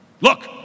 look